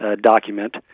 document